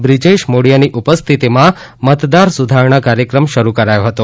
બ્રિજેશ મોઢિયાની ઉપસ્થિતિમાં મતદાર સુધારણા કાર્યક્રમ શરૂ કરાયો હતો